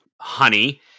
honey